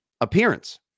appearance